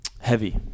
Heavy